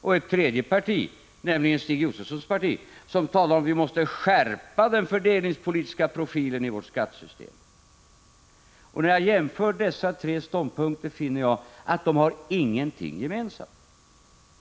och ett tredje parti, nämligen Stig Josefsons parti, som talar om att den fördelningspolitiska profilen i vårt skattesystem måste skärpas. När jag jämför dessa tre ståndpunkter finner jag att de inte har någonting gemensamt.